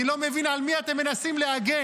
אני לא מבין על מי אתם מנסים להגן.